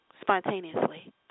spontaneously